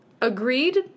Agreed